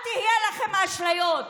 שלא יהיו לכם אשליות.